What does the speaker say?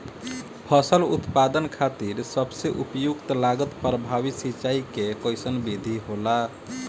फसल उत्पादन खातिर सबसे उपयुक्त लागत प्रभावी सिंचाई के कइसन विधि होला?